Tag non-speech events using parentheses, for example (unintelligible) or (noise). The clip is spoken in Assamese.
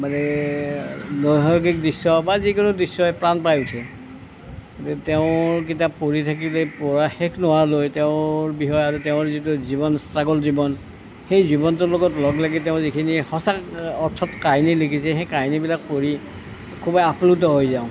মানে নৈসৰ্গিক দৃশ্য় বা যিকোনো দৃশ্য়ই প্ৰাণ পাই উঠে (unintelligible) তেওঁৰ কিতাপ পঢ়ি থাকিলে পঢ়া শেষ নোহোৱালৈ তেওঁৰ বিষয়ে আৰু তেওঁৰ যিটো জীৱন ষ্ট্ৰাগল যিমান সেই জীৱনটোৰ লগত লগ লাগি তেওঁ যিখিনি সঁচা অৰ্থত কাহিনী লিখিছে সেই কাহিনীবিলাক পঢ়ি খুবেই আপ্লুত হৈ যাওঁ